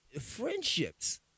friendships